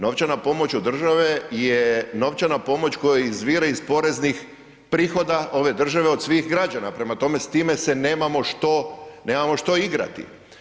Novčana pomoć od države je novčana pomoć koja izvire iz poreznih prihoda ove države od svih građana, prema tome s time se nemamo što igrati.